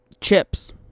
Chips